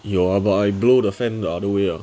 有啊 but I blow the fan the other way ah